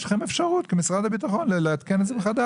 יש לכם אפשרות כמשרד הביטחון לעדכן שוב.